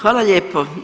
Hvala lijepo.